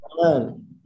Amen